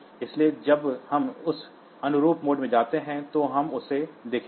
इसलिए जब हम उस अनुरूप मोड में जाते हैं तो हम इसे देखेंगे